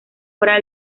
fuera